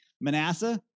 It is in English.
Manasseh